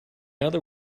other